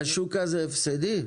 השוק הזה הפסדי?